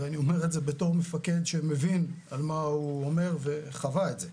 ואני אומר את זה בתור מפקד שמבין על מה הוא אומר וחווה את זה.